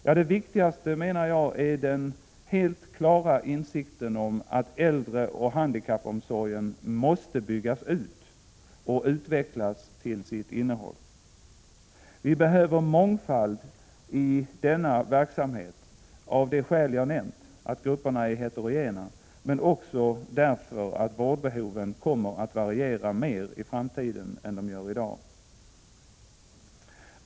Ja, det viktigaste enligt min mening är den helt klara insikten om att äldreoch handikappomsorgen måste byggas ut och utvecklas till sitt innehåll. Vi behöver mångfald. Skälen är, som jag nämnt, att grupperna är heterogena och också att vårdbehoven kommer att variera mycket mera i framtiden än de gör i dag.